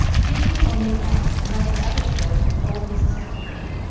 give me only one, and let the others go to old mrs. tucker,